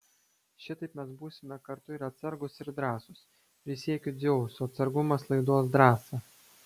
šitaip mes būsime kartu ir atsargūs ir drąsūs prisiekiu dzeusu atsargumas laiduos drąsą